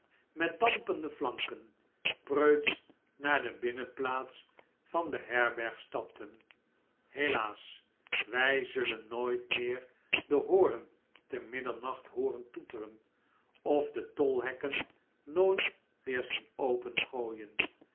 met dampende flanken preutsch naar de binnenplaats van de herberg stapten helaas wij zullen nooit meer den hoorn te middernacht hooren toeteren of de tolhekken nooit weer zien opengooien